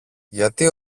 γιατί